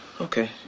Okay